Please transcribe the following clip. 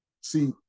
see